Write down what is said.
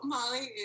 Molly